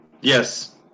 Yes